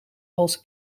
als